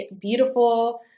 beautiful